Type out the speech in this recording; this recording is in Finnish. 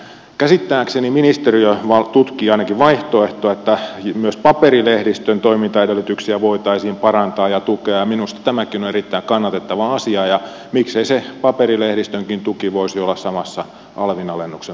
käsittääkseni ministeriö tutkii ainakin vaihtoehtoja että myös paperilehdistön toimintaedellytyksiä voitaisiin parantaa ja tukea ja minusta tämäkin on erittäin kannatettava asia ja miksei se paperilehdistönkin tuki voisi olla samassa alvin alennuksen muodossa